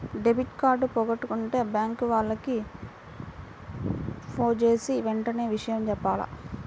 debit card పోగొట్టుకుంటే bank వాళ్లకి ఫోన్జేసి వెంటనే విషయం జెప్పాల